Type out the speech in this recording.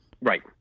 Right